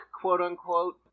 quote-unquote